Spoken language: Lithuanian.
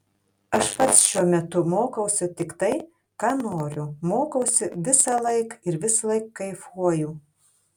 aš pats šiuo metu mokausi tik tai ką noriu mokausi visąlaik ir visąlaik kaifuoju